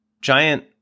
giant